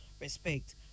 respect